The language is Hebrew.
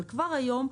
כבר היום,